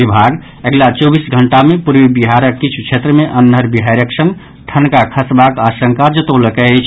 विभाग अगिला चौबीस घंटा मे पूर्वी बिहारक किछु क्षेत्र मे अन्हर बिहारिक संग ठनका खसबाक आशंका जतौलक अछि